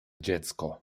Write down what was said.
dziecko